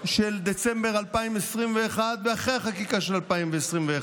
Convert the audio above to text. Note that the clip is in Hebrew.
של דצמבר 2021 ואחרי החקיקה של 2021,